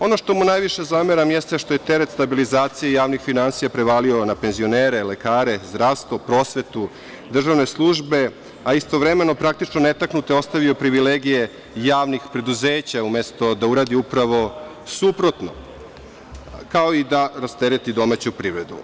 Ono što mu najviše zameram jeste što je teret stabilizacije javnih finansija prevalio na penzionere, lekare, zdravstvo, prosvetu, državne službe, a istovremeno praktično netaknuto ostavio privilegije javnih preduzeća, umesto da uradi upravo suprotno, kao i da rastereti domaću privredu.